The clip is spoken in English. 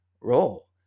role